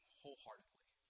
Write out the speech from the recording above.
wholeheartedly